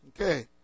Okay